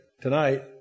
tonight